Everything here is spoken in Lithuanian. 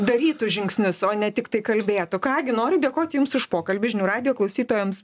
darytų žingsnius o ne tiktai kalbėtų ką gi noriu dėkot jums už pokalbį žinių radijo klausytojams